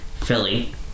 Philly